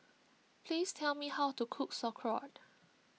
please tell me how to cook Sauerkraut